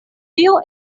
tio